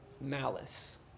malice